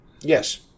Yes